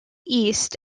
east